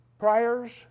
prayers